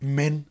men